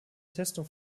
testung